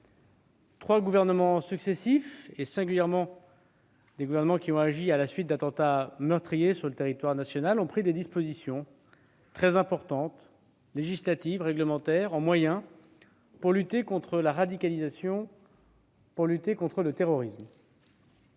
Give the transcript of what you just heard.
Trois gouvernements successifs, singulièrement des gouvernements qui ont agi à la suite d'attentats meurtriers sur le territoire national, ont pris des dispositions très importantes, législatives et réglementaires, en termes de moyens, pour lutter contre la radicalisation et contre le terrorisme.